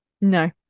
No